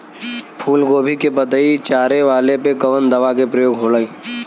फूलगोभी के पतई चारे वाला पे कवन दवा के प्रयोग होई?